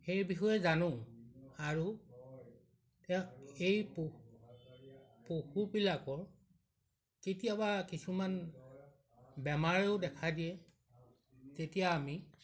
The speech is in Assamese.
সেই বিষয়ে জানো আৰু তেওঁ এই প পশুবিলাকৰ কেতিয়াবা কিছুমান বেমাৰেও দেখা দিয়ে তেতিয়া আমি